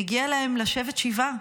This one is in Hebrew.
מגיע להן לשבת שבעה.